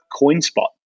CoinSpot